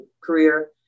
career